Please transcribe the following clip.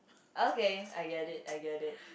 okay I get it I get it